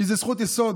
כי זו זכות יסוד,